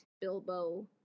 Bilbo